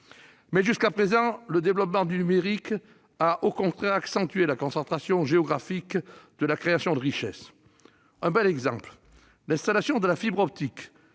jusqu'à présent, le développement du numérique a encore accentué la concentration géographique de la création de richesses. Je pense, par exemple, à l'installation de la fibre optique,